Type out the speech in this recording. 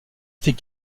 fit